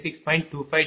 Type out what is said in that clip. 006 j0